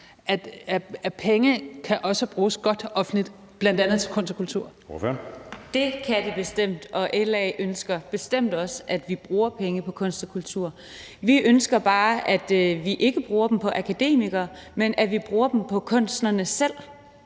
Katrine Daugaard (LA): Det kan de bestemt. Og Liberal Alliance ønsker bestemt også, at vi bruger penge på kunst og kultur. Vi ønsker bare, at vi ikke bruger dem på akademikere, men at vi bruger dem på kunstnerne selv.